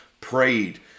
prayed